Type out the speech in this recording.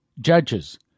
judges